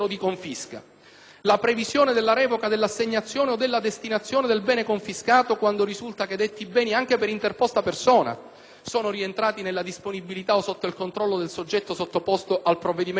la previsione della revoca dell'assegnazione o della destinazione dei beni confiscati quando risulta che detti beni, anche per interposta persona, sono rientrati nella disponibilità o sotto il controllo del soggetto sottoposto al provvedimento di confisca.